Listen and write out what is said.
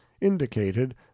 indicated